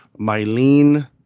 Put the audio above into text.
Mylene